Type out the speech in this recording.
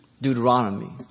Deuteronomy